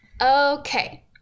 Okay